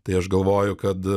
tai aš galvoju kad